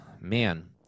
man